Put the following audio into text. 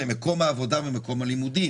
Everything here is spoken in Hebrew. למקום העבודה ומקום הלימודים.